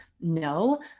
No